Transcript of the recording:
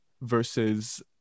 versus